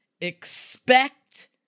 expect